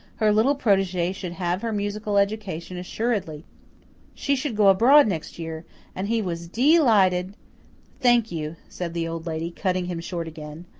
her little protege should have her musical education assuredly she should go abroad next year and he was de-lighted thank you, said the old lady, cutting him short again.